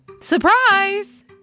Surprise